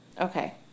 Okay